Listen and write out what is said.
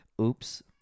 Oops